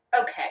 Okay